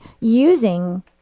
using